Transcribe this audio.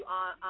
on